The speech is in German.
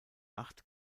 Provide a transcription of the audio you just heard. acht